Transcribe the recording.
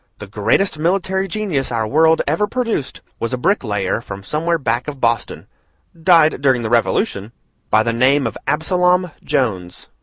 the greatest military genius our world ever produced was a brick-layer from somewhere back of boston died during the revolution by the name of absalom jones.